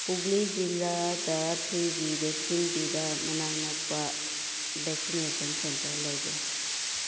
ꯍꯨꯒ꯭ꯂꯤ ꯖꯤꯂꯥꯗ ꯐ꯭ꯔꯤꯒꯤ ꯚꯦꯛꯁꯤꯟ ꯄꯤꯕ ꯃꯅꯥꯛ ꯅꯛꯄ ꯚꯦꯛꯁꯤꯅꯦꯁꯟ ꯁꯦꯟꯇꯔ ꯂꯩꯕ꯭ꯔꯥ